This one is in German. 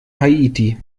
haiti